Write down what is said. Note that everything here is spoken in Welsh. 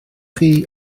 chi